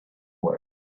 work